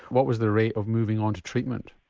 what was the rate of moving on to treatment?